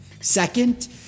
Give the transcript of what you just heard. Second